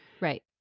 Right